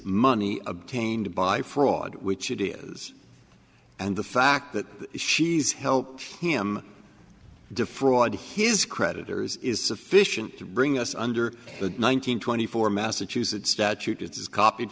money obtained by fraud which it is and the fact that she's helped him defraud his creditors is sufficient to bring us under the nine hundred twenty four massachusetts statute is copied